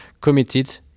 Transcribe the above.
committed